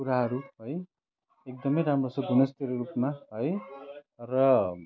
कुराहरू है एकदमै राम्रो छ गुणस्तरीय रूपमा है र